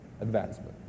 Advancement